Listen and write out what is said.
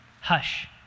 hush